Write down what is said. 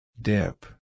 Dip